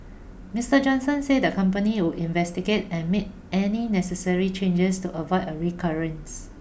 Mister Johnson said the company would investigate and made any necessary changes to avoid a recurrence